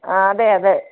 ആ അതെ അതെ